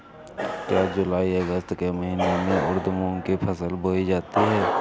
क्या जूलाई अगस्त के महीने में उर्द मूंग की फसल बोई जाती है?